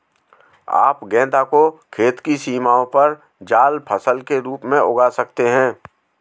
आप गेंदा को खेत की सीमाओं पर जाल फसल के रूप में उगा सकते हैं